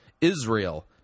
Israel